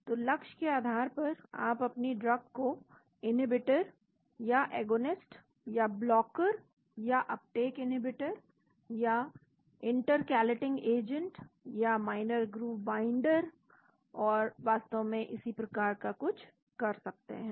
तो लक्ष्य के आधार पर आप अपनी ड्रग को इन्हींबीटर या एगोनिस्ट या ब्लॉकर या अप्टेक इन्हींबीटर या इंटरकेलेटिंग एजेंट या माइनर ग्रूव बाइन्डर और वास्तव में इसी प्रकार का कहते हैं